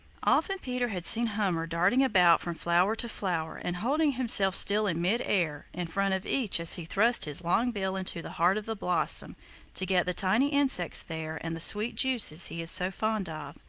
often peter had seen hummer darting about from flower to flower and holding himself still in mid-air in front of each as he thrust his long bill into the heart of the blossom to get the tiny insects there and the sweet juices he is so fond of.